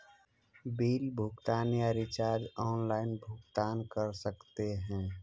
Bill भुगतान या recharge online भुगतान कर सकते हैं?